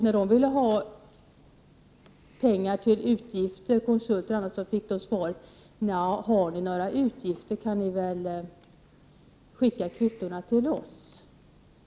När man ville ha pengar till utgifter av annat slag, t.ex. konsulter, fick man svaret att om man hade några utgifter kunde man väl skicka kvittona till regeringen.